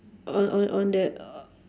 on on on the o~